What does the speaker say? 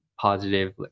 positive